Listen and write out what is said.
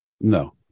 No